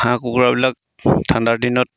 হাঁহ কুকুৰাবিলাক ঠাণ্ডাৰ দিনত